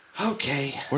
Okay